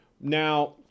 Now